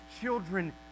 children